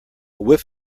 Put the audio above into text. whiff